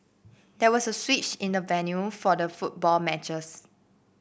there was a switch in the venue for the football matches